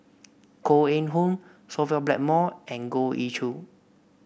Koh Eng Hoon Sophia Blackmore and Goh Ee Choo